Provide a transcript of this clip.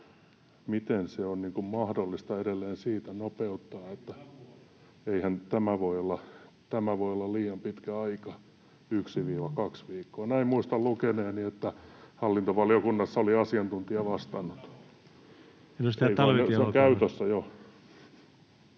miten se on mahdollista edelleen siitä nopeuttaa. Eihän tämä voi olla liian pitkä aika, yksi—kaksi viikkoa. Näin muistan lukeneeni, että hallintovaliokunnassa oli asiantuntija vastannut. [Juha Sipilä: